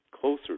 closer